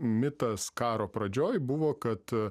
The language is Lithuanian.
mitas karo pradžioj buvo kad